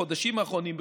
בחודשים האחרונים,